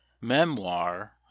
Memoir